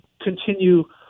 continue –